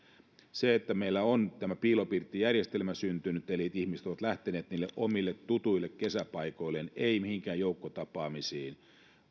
se että meillä on tämä piilopirttijärjestelmä syntynyt eli että ihmiset ovat lähteneet niille omille tutuille kesäpaikoilleen eivät mihinkään joukkotapaamisiin